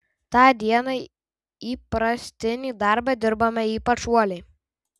tą dieną įprastinį darbą dirbome ypač uoliai